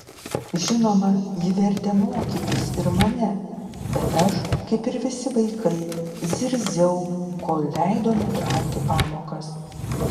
žinoma ji vertė mokytis ir mane bet aš kaip ir visi vaikai zirziau kol leido nutraukti pamokas